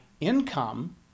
income